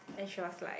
and show us like